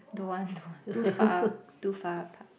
don't want don't want too far too far apart